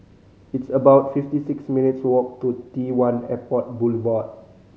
it's about fiifty six minutes' walk to T One Airport Boulevard